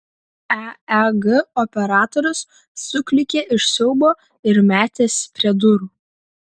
eeg operatorius suklykė iš siaubo ir metėsi prie durų